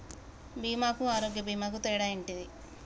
బీమా కు ఆరోగ్య బీమా కు తేడా ఏంటిది?